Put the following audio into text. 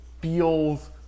feels